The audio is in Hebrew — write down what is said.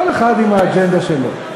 כל אחד עם האג'נדה שלו.